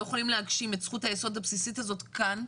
יכולים להגשים את זכות היסוד הבסיסית הזאת כאן,